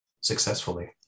successfully